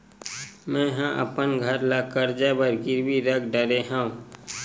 मेहा अपन घर ला कर्जा बर गिरवी रख डरे हव